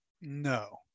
No